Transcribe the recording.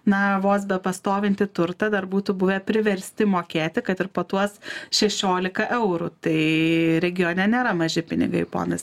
na vos bepastovintį turtą dar būtų buvę priversti mokėti kad ir po tuos šešiolika eurų tai regione nėra maži pinigai ponas